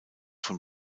von